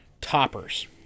toppers